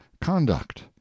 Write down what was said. conduct